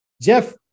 Jeff